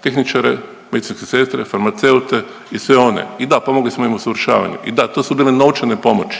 tehničare, medicinske sestre, farmaceute i sve one i da pomogli smo im u usavršavanju i da to su bile novčane pomoći